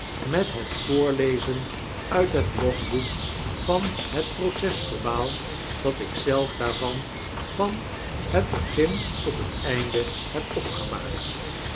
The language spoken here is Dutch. met het voorlezen uit het logboek van net proces-verbaal dat ik zelf daarvan van het begin tot het einde heb opgemaakt